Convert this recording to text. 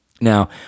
Now